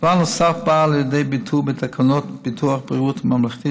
דבר נוסף בא לידי ביטוי בתקנות ביטוח בריאות ממלכתי